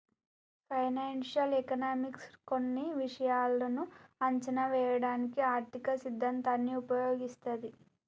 financial economics కొన్ని విషయాలను అంచనా వేయడానికి ఆర్థిక సిద్ధాంతాన్ని ఉపయోగిస్తది